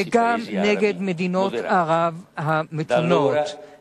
ואפילו על מדינות ערב המתונות.